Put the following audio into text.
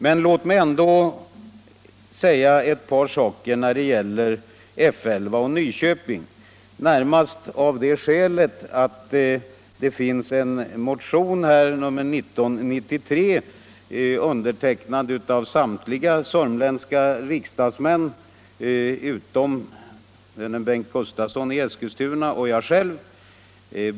Men låt mig ändå säga ett par saker om F 11 och Nyköping, närmast 29 av det skälet att det föreligger en motion, nr 1993, som samtliga sörmländska riksdagsmän har undertecknat — utom vännen Bengt Gustavsson i Eskilstuna och jag själv.